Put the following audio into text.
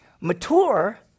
Mature